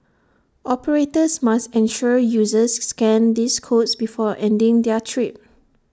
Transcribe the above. operators must ensure users scan these codes before ending their trip